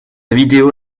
vidéo